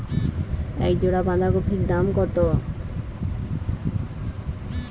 এক জোড়া বাঁধাকপির দাম কত?